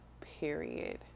period